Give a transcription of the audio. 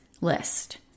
list